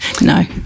No